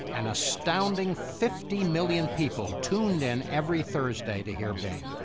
an astounding fifty million people tuned in every thursday to hear bing.